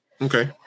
okay